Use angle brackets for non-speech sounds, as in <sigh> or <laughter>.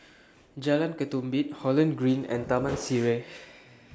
Jalan Ketumbit Holland Green and Taman <noise> Sireh